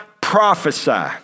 prophesy